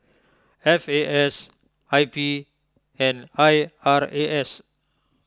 F A S I P and I R A S